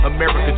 America